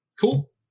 cool